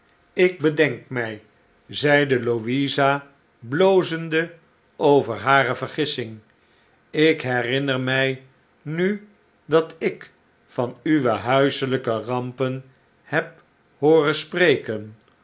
ik bedenk mij zeide louisa blozende over hare vergissing ik herinner mij nu dat ik van uwe huiselijke rampen heb hooren spreken